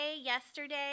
yesterday